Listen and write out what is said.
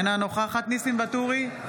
אינה נוכחת ניסים ואטורי,